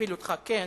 להפיל אותך, כן,